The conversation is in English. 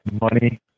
money